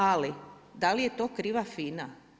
Ali da li je to kriva FINA?